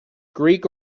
greek